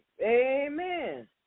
Amen